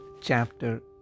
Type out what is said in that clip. chapter